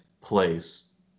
place